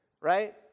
right